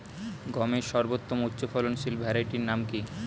গমের সর্বোত্তম উচ্চফলনশীল ভ্যারাইটি নাম কি?